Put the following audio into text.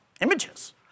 images